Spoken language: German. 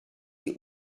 die